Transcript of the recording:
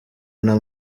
nta